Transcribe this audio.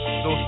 no